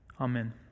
Amen